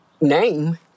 name